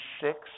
six